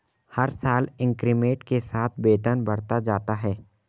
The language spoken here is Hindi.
हर साल इंक्रीमेंट के साथ वेतन बढ़ता जाता है